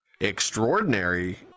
extraordinary